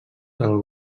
del